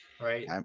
right